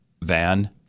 Van